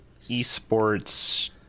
esports